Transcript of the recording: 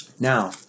Now